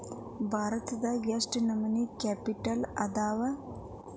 ಭಾರತದಾಗ ಯೆಷ್ಟ್ ನಮನಿ ಕ್ಯಾಪಿಟಲ್ ಅದಾವು?